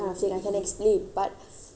for him ah um